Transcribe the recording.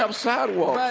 um sidewalks,